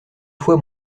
fois